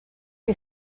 die